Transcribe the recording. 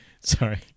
Sorry